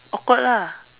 awkward lah